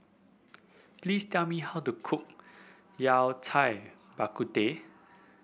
please tell me how to cook Yao Cai Bak Kut Teh